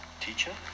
teacher